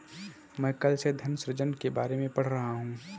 मैं कल से धन सृजन के बारे में पढ़ रहा हूँ